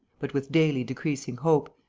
but with daily decreasing hope,